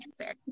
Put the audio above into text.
answer